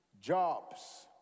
jobs